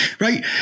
Right